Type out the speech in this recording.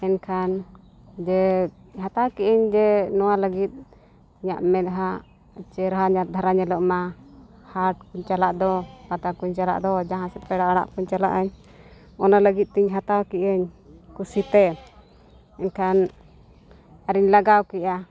ᱮᱱᱠᱷᱟᱱ ᱡᱮ ᱦᱟᱛᱟᱣ ᱠᱮᱫ ᱟᱹᱧ ᱡᱮ ᱱᱚᱣᱟ ᱞᱟᱹᱜᱤᱫ ᱤᱧᱟᱹᱜ ᱢᱮᱫᱦᱟᱸ ᱪᱮᱨᱦᱟ ᱧᱚᱜ ᱫᱷᱟᱨᱟ ᱧᱮᱞᱚᱜ ᱢᱟ ᱦᱟᱴ ᱠᱚᱧ ᱪᱟᱞᱟᱜ ᱫᱚ ᱯᱟᱛᱟ ᱠᱚᱧ ᱪᱟᱞᱟᱜ ᱫᱚ ᱡᱟᱦᱟᱸ ᱥᱮᱫ ᱯᱮᱲᱟ ᱚᱲᱟᱜ ᱠᱚᱧ ᱪᱟᱞᱟᱜ ᱟᱹᱧ ᱚᱱᱟ ᱞᱟᱹᱜᱤᱫ ᱛᱤᱧ ᱦᱟᱛᱟᱣ ᱠᱮᱜ ᱟᱹᱧ ᱠᱩᱥᱤ ᱛᱮ ᱮᱱᱠᱷᱟᱱ ᱟᱨᱤᱧ ᱞᱟᱜᱟᱣ ᱠᱮᱜᱼᱟ